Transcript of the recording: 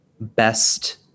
best